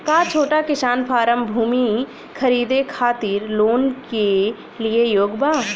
का छोटा किसान फारम भूमि खरीदे खातिर लोन के लिए योग्य बा?